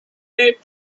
live